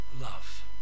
love